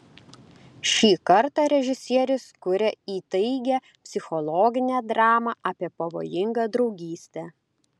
šį kartą režisierius kuria įtaigią psichologinę dramą apie pavojingą draugystę